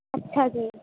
ਅੱਛਾ ਜੀ